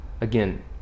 again